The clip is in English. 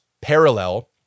parallel